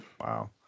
wow